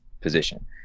position